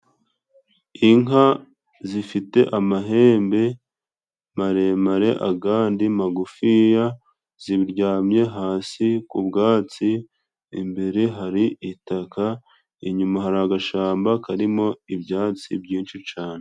Inka zifite amahembe maremare, agandi magufiya ziryamye hasi ku bwatsi, imbere hari itaka, inyuma hari agashamba karimo ibyatsi byinshi cane.